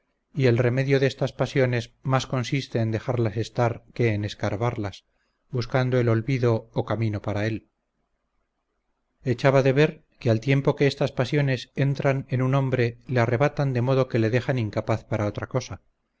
y el remedio de estas pasiones mas consiste en dejarlas estar que en escarbarlas buscando el olvido o camino para él echaba de ver que al tiempo que estas pasiones entran en un hombre le arrebatan de modo que le dejan incapaz para otra cosa